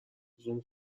زوم